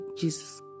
Jesus